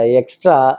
extra